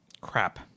crap